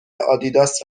آدیداس